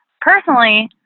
personally